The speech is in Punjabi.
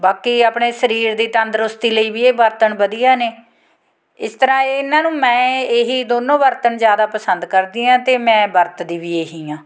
ਬਾਕੀ ਆਪਣੇ ਸਰੀਰ ਦੀ ਤੰਦਰੁਸਤੀ ਲਈ ਵੀ ਇਹ ਬਰਤਨ ਵਧੀਆ ਨੇ ਇਸ ਤਰ੍ਹਾਂ ਇਹਨਾਂ ਨੂੰ ਮੈਂ ਇਹੀ ਦੋਨੋਂ ਬਰਤਨ ਜ਼ਿਆਦਾ ਪਸੰਦ ਕਰਦੀ ਹਾਂ ਅਤੇ ਮੈਂ ਵਰਤਦੀ ਵੀ ਇਹੀ ਆ